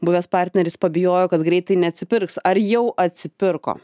buvęs partneris pabijojo kad greitai neatsipirks ar jau atsipirko